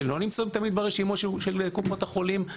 שלא נמצאים תמיד ברשימות של קופות החולים,